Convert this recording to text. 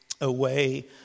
away